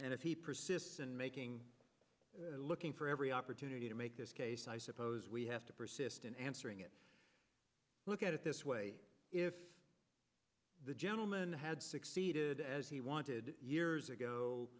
in making looking for every opportunity to make this case i suppose we have to persist in answering it look at it this way if the gentleman had succeeded as he wanted years ago